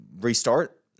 restart